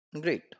Great